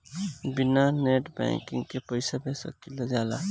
बिना net banking के पईसा भेज सकल जाला?